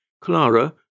Clara